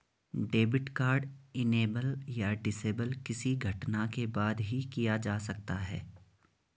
debit card enable या disable किसी घटना के बाद ही किया जा सकता है